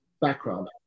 background